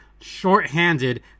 shorthanded